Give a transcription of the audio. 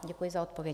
Děkuji za odpovědi.